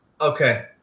Okay